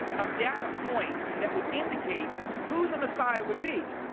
of data points that would indicate who the messiah would be.